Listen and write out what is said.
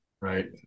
Right